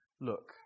look